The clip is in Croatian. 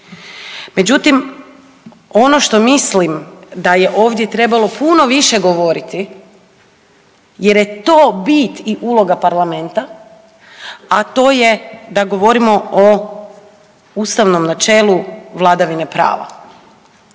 Međutim, ono što mislim da je ovdje trebalo puno više govoriti jer je to bit i uloga Parlamenta, a to je da govorimo o ustavnom načelu vladavine prava.